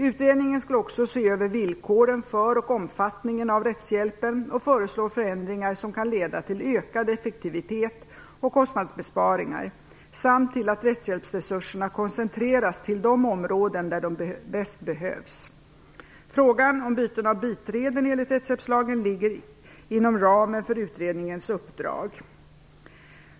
Utredningen skall också se över villkoren för och omfattningen av rättshjälpen och föreslå förändringar som kan leda till ökad effektivitet och kostnadsbesparingar samt till att rättshjälpsresurserna koncentreras till de områden där de bäst behövs. Frågor om byten av biträden enligt rättshjälpslagen ligger inom ramen för utredningens uppdrag.